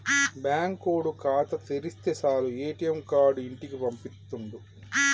బాంకోడు ఖాతా తెరిస్తె సాలు ఏ.టి.ఎమ్ కార్డు ఇంటికి పంపిత్తుండు